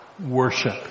Worship